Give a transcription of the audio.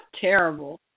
terrible